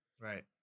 Right